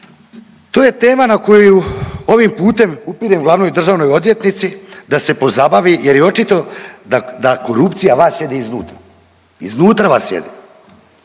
To je tema na koju ovim putem upirem glavnoj državnoj odvjetnici da se pozabavi jer je očito da korupcija vas jede iznutra,